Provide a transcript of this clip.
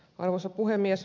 arvoisa puhemies